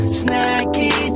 snacky